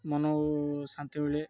ମନ ଶାନ୍ତି ବେଳେ